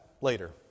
later